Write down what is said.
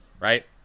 Right